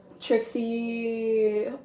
Trixie